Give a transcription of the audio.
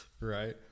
right